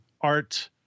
art